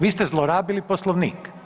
Vi ste zlorabili Poslovnik.